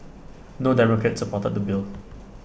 no democrats supported the bill